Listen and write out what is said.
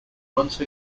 once